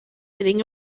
hitting